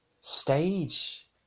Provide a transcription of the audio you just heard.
stage